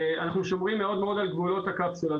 אנחנו שומרים מאוד מאוד על גבולות הקפסולה.